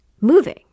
moving